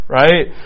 right